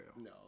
No